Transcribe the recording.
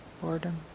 boredom